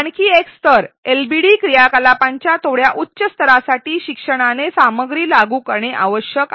आणखी एक स्तर एलबीडी क्रियाकलापांच्या थोड्या उच्च स्तरासाठी शिक्षणाने सामग्री लागू करणे आवश्यक आहे